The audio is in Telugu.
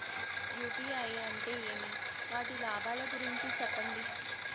యు.పి.ఐ అంటే ఏమి? వాటి లాభాల గురించి సెప్పండి?